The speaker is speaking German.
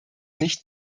nicht